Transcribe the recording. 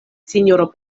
sinjoro